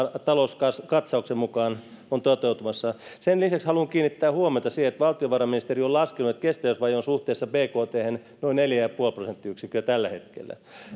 talouskatsauksen mukaan on toteutumassa sen lisäksi haluan kiinnittää huomiota siihen että valtiovarainministeriö on laskenut että kestävyysvaje on suhteessa bkthen noin neljä pilkku viisi prosenttiyksikköä tällä hetkellä